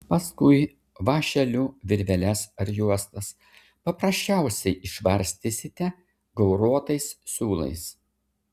paskui vąšeliu virveles ar juostas paprasčiausiai išvarstysite gauruotais siūlais